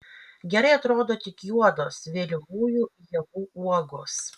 gerai atrodo tik juodos vėlyvųjų ievų uogos